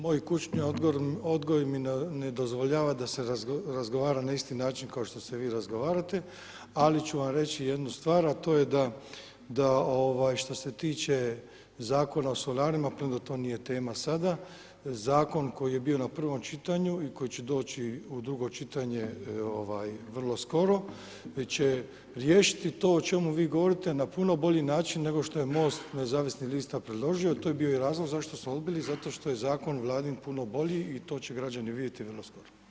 Moj kućni odgoj mi ne dozvoljava da se razgovara na isti način kao što se vi razgovarate ali ću vam reći jednu stvar a to je da što se tiče Zakona o solarima, premda to nije tema sada, zakon koji je bio na prvom čitanju i koji će doći u drugo čitanje vrlo skoro, već će riješiti to o čemu vi govorite na puno bolji način nego što je MOST nezavisnih lista, to je bio i razlog zašto smo odbili, zato što je zakon Vladin puno bolji i to građani vidjeti vrlo skoro.